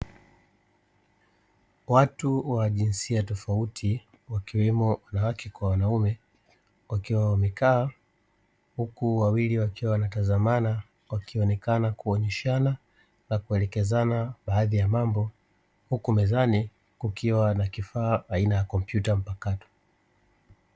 Watu wa jinsia tofauti, wakiwemo wanawake kwa wanaume wakiwa wamekaa. huku wawili wakiwa wanatazamana, wakionekana kuonyeshana na kuelekezana baadhi ya mambo, huku mezani kukiwa na kifaa aina ya kompyuta mpakato.